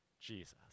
jesus